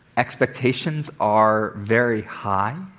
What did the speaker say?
expectations are very high.